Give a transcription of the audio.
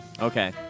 Okay